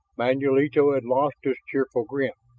manulito had lost his cheerful grin.